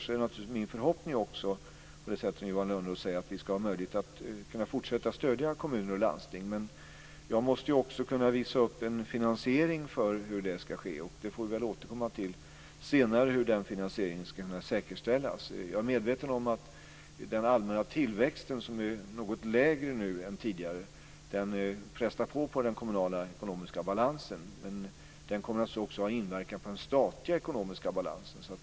Det är naturligtvis också min förhoppning att vi ska ha möjlighet att fortsätta stödja kommuner och landsting, som Johan Lönnroth säger. Jag måste också kunna visa upp en finansiering. Vi får återkomma senare till hur den finansieringen ska kunna säkerställas. Jag är medveten om att det faktum att den allmänna tillväxten är något lägre nu än tidigare frestar på den kommunala ekonomiska balansen. Den kommer naturligtvis också att ha inverkan på den statliga ekonomiska balansen.